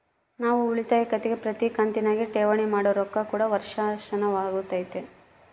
ನಾವು ಉಳಿತಾಯ ಖಾತೆಗೆ ಪ್ರತಿ ಕಂತಿನಗ ಠೇವಣಿ ಮಾಡೊ ರೊಕ್ಕ ಕೂಡ ವರ್ಷಾಶನವಾತತೆ